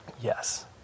Yes